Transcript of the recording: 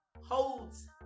Holds